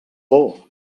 por